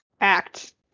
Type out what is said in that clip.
act